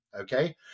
Okay